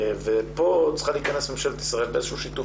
פה צריכה להיכנס ממשלת ישראל באיזשהו שיתוף